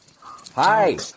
Hi